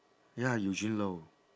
ya eugene loh